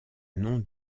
nom